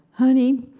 honey,